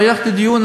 יהיה דיון,